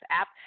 app